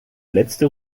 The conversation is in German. letzte